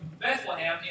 Bethlehem